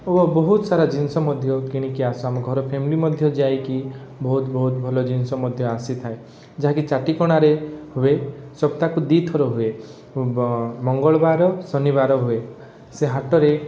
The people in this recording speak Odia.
ଓ ବହୁତ ସାରା ଜିନିଷ ମଧ୍ୟ କିଣି କି ଆସୁ ଆମ ଘର ଫ୍ୟାମିଲି ମଧ୍ୟ ଯାଇ କି ବହୁତ ବହୁତ ଭଲ ଜିନିଷ ମଧ୍ୟ ଆସିଥାଏ ଯାହା କି ଚାଟିକଣାରେ ହୁଏ ସପ୍ତାହକୁ ଦୁଇ ଥର ହୁଏ ମଙ୍ଗଳବାର ଶନିବାର ହୁଏ ସେ ହାଟରେ